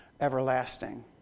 everlasting